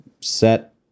set